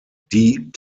die